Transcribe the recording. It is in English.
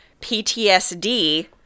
PTSD